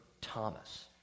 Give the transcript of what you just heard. Thomas